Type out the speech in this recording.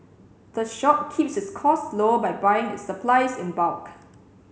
the shop keeps its costs low by buying its supplies in bulk